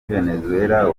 venezuela